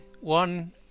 One